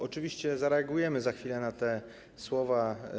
Oczywiście zareagujemy za chwilę na te słowa.